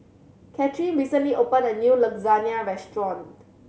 Katherine recently opened a new Lasagna Restaurant